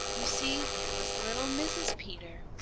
you see, there was little mrs. peter.